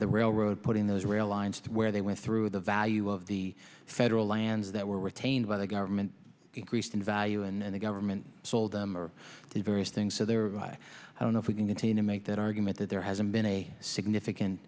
the railroad putting those rail lines where they went through the value of the federal lands that were retained by the government increased in value and the government sold them to various things so there i don't know if we can maintain to make that argument that there hasn't been a significant